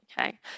okay